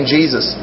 Jesus